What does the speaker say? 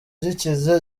gikize